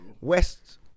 West